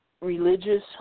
religious